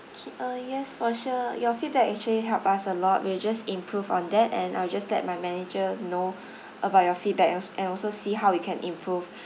okay uh yes for sure your feedback actually help us a lot we'll just improve on that and I'll just let my manager know about your feedback and also see how we can improve